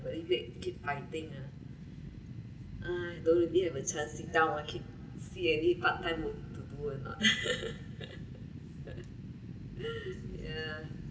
very weird keep fighting ah don't really really have a chance sit down ah keep see any part time work to do or not yeah mm